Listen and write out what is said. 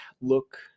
look